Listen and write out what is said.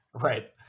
right